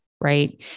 right